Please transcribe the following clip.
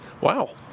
Wow